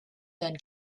than